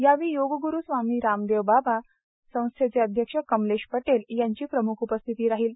यावेळी योगगुरू स्वामी रामदेव बाबा संस्थेचे अध्यक्ष कमलेश पटेल यांची प्रमूख उपस्थिती राहील